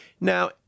Now